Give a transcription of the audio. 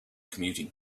commuting